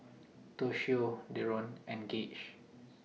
Toshio Deron and Gage